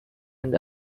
and